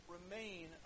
Remain